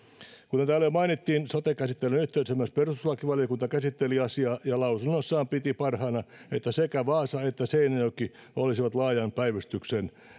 kuten täällä jo mainittiin sote käsittelyn yhteydessä myös perustuslakivaliokunta käsitteli asiaa ja lausunnossaan piti parhaana että sekä vaasa että seinäjoki olisivat laajan päivystyksen